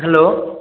hello